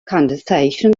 condensation